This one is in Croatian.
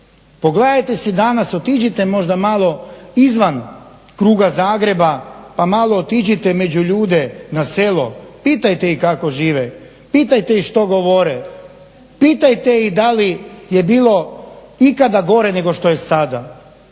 Pogledajte si danas, otiđite možda malo izvan kruga Zagreba pa malo otiđite među ljude na selo, pitajte ih kako žive, pitajte ih što govore, pitajte ih da li je bilo ikada gore nego što je sada.